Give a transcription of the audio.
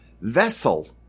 vessel